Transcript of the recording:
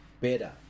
better